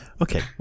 Okay